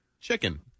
chicken